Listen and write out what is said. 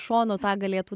šono tą galėtų